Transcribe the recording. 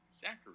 Zachary